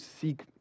seek